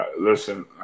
Listen